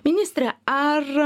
ministre ar